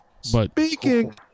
Speaking